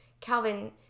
Calvin